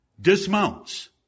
dismounts